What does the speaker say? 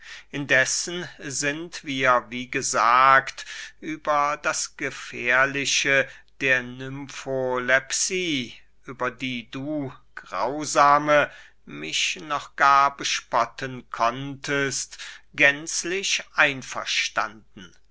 indessen sind wir wie gesagt über das gefährliche der nymfolepsie über die du grausame mich noch gar bespotten konntest gänzlich einverstanden